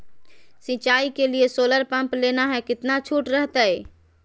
सिंचाई के लिए सोलर पंप लेना है कितना छुट रहतैय?